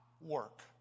work